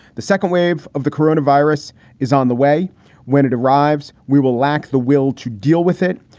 the second wave of the corona virus is on the way when it arrives. we will lack the will to deal with it.